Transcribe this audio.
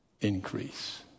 increase